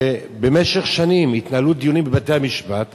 כשבמשך שנים התנהלו דיונים בבתי-המשפט,